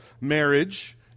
marriage